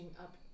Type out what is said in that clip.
up